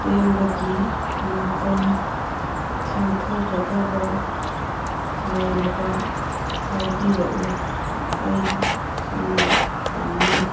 ꯆꯦꯟꯕꯒꯤ ꯃꯇꯝ ꯊꯦꯡꯊꯒꯗꯕ ꯂꯩꯔꯕ ꯍꯥꯏꯕꯤꯔꯛꯎ ꯑꯩ ꯈꯪꯕ ꯄꯥꯝꯏ